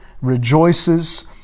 rejoices